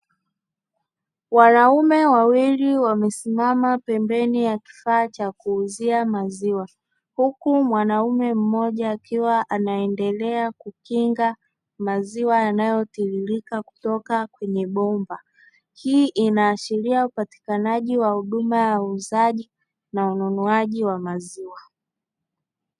Wanaume wawili wamesimama pembeni ya kifaa cha kuuzia maziwa, huku mwanamume mmoja akiwa anaendelea kukinga maziwa yanayotiririka kutoka kwenye bomba. Hii inaashiria upatikanaji wa huduma ya uuzaji na ununuaji wa maziwa.